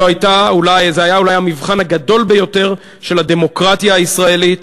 זה היה אולי המבחן הגדול ביותר של הדמוקרטיה הישראלית,